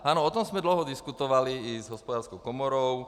Ano, o tom jsme dlouho diskutovali i s Hospodářskou komorou.